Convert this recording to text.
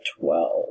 Twelve